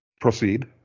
Proceed